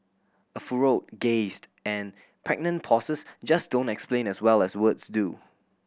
a furrowed gazed and pregnant pauses just don't explain as well as words do